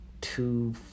two